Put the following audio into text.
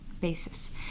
basis